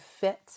fit